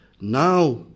now